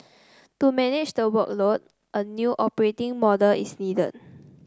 to manage the workload a new operating model is needed